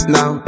Now